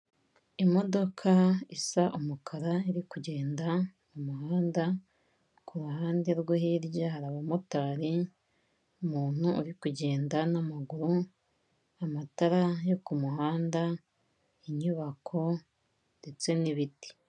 Imodoka isa umukara iri kugenda mu muhanda, ku ruhande rwo hirya hari abamotari, umuntu uri kugenda n'amaguru, amatara yo ku muhanda, inyubako ndetse n'ibiti.